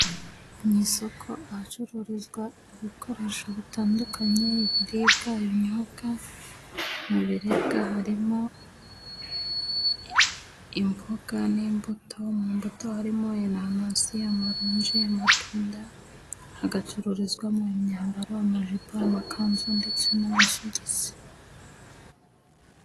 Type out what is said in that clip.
Mu isoko ahacuruzwa ibikoresho bitandukanye, ibiribwa, ibinyobwa. Mu biribwa harimo: imboga, n'imbuto. Mu mbuto harimo: inananasi, amarunji n'amatunda. Hagaturizwamo ,imyambaro, amajipo ,amakanzu, ndetse n'amasogisi.